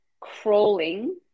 crawling